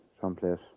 someplace